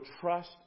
trust